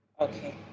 Okay